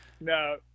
No